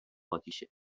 آتیشه